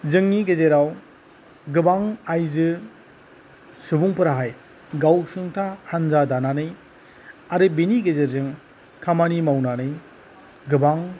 जोंनि गेजेराव गोबां आइजो सुबुंफोराहाय गावसुंथा हानजा दानानै आरो बिनि गेजेरजों खामानि मावनानै गोबां